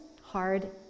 hard